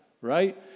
right